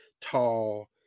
tall